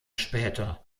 später